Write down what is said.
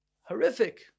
horrific